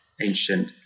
ancient